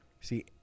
See